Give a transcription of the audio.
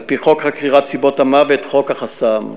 על-פי חוק חקירת סיבות המוות, חוק החס"מ.